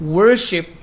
worship